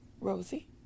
Rosie